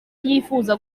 yifuza